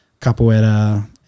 capoeira